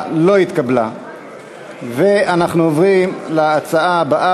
ואנחנו עוברים להצבעה.